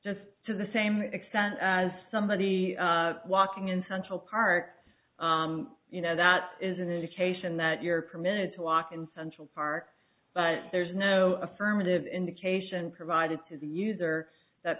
just to the same extent as somebody walking in huntsville part you know that is an indication that you're permitted to walk in central park but there's no affirmative indication provided to the user that